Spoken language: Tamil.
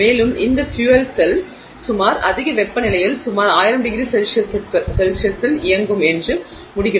மேலும் இந்த ஃபியூயல் செல் சுமார் அதிக வெப்பநிலையில் சுமார் 1000ºCல் இயங்கும் என்று முடிகிறது